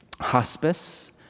hospice